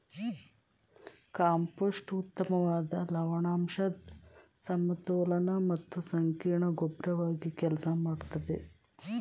compost ಉತ್ತಮ್ವಾದ ಲವಣಾಂಶದ್ ಸಮತೋಲನ ಮತ್ತು ಸಂಕೀರ್ಣ ಗೊಬ್ರವಾಗಿ ಕೆಲ್ಸ ಮಾಡ್ತದೆ